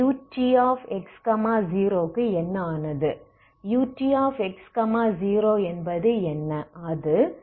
ஆகையால் fxc1xc2